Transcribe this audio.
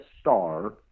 star